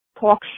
talk